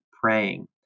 praying